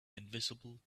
invisible